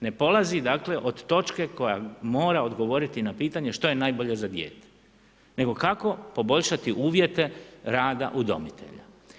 Ne polazi dakle, od točke koja mora odgovoriti na pitanje što je najbolje za dijete, nego kako poboljšati uvjete rada udomitelja?